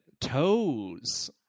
Toes